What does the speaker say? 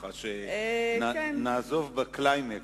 ככה שנעזוב ב"קליימקס",